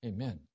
Amen